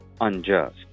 unjust